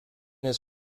his